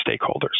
stakeholders